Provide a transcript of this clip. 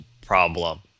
problem